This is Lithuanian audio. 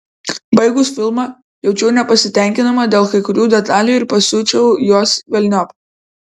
baigus filmą jaučiau nepasitenkinimą dėl kai kurių detalių ir pasiučiau juos velniop